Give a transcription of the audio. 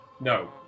No